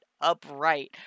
upright